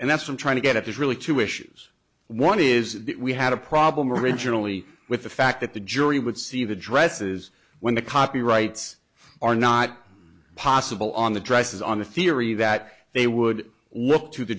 and that's i'm trying to get at this really two issues one is that we had a problem originally with the fact that the jury would see the dresses when the cars the rights are not possible on the dresses on the theory that they would look to the